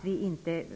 Vi får inte